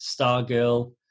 Stargirl